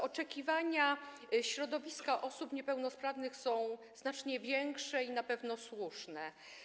Oczekiwania środowiska osób niepełnosprawnych są znacznie większe i na pewno słuszne.